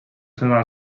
sõna